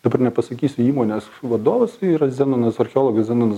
dabar nepasakysiu įmonės vadovas yra zenonas archeologas zenonas